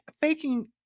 faking